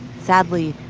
sadly,